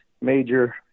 major